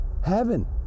heaven